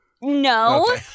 No